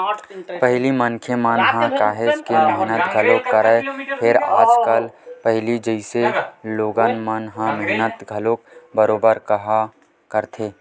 पहिली मनखे मन ह काहेच के मेहनत घलोक करय, फेर आजकल पहिली जइसे लोगन मन ह मेहनत घलोक बरोबर काँहा करथे